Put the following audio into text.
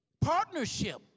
Partnership